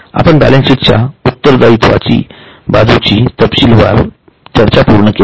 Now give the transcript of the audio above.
आपण बॅलन्सशीट च्या उत्तरदायीत्वाच्या बाजूची तपशीलवार पूर्ण केली आहे